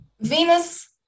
Venus